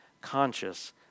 conscious